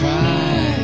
Try